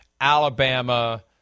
Alabama